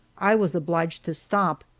i was obliged to stop.